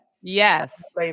Yes